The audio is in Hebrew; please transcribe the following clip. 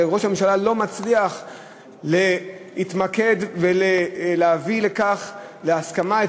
וראש הממשלה לא מצליח להתמקד ולהביא להסכמה,